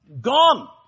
Gone